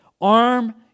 arm